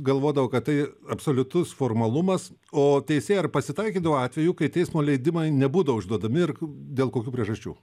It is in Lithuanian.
galvodavo kad tai absoliutus formalumas o teisėja ar pasitaikydavo atvejų kai teismo leidimai nebūdavo išduodami ir dėl kokių priežasčių